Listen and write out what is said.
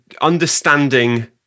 understanding